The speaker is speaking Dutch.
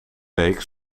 week